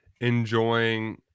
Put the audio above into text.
enjoying